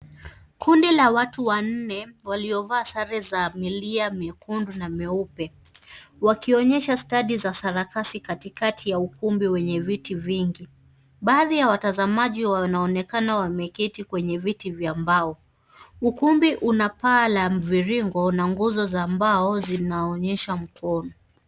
Kundi la watu wanne waliovaa sare za milia myekundu na mieupe wakionyesha stadi za sarakasi katikati ya ukumbi wenye viti vingi. Baadhi ya watazamaji wanaonekana wameketi kwenye viti vya mbao. Ukumbi una paa la mviringo na nguzo za mbao zinaonyesha mkono.